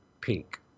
pink